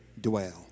dwell